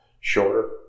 shorter